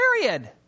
Period